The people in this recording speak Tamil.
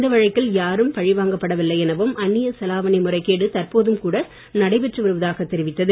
இந்த வழக்கில் யாரும் பழிவாங்கப்படவில்லை எனவும் அந்நிய செலாவணி முறைகேடு தற்போதும் கூட நடைபெற்று வருவதாக தெரிவித்தது